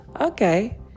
Okay